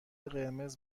قرمز